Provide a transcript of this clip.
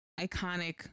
iconic